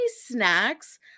snacks